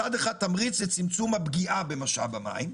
מצד אחד, תמריץ לצמצום הפגיעה במשאב המים,